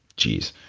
jeez,